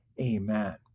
Amen